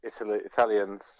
Italians